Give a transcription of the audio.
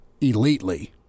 elitely